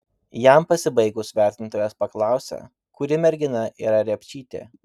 jam pasibaigus vertintojas paklausė kuri mergina yra repčytė